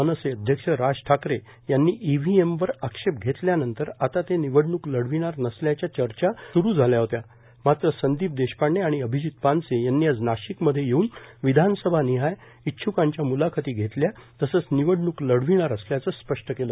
मनसे अध्यक्ष राज ठाकरे यांनी ईव्हीएमवर आक्षेप घेतल्यानंतर आता ते निवडणूक लढविणार नसल्याच्या चर्चा सुरू झाल्या होत्या मात्र संदीप देशपांडे आणि अभिजित पानसे यांनी आज नाशिक मध्ये येऊन विधानसभा निहाय इच्छ्कांच्या म्लाखती घेतल्या तसंच निवडणूक लढविणार असल्याचं स्पष्ट केलं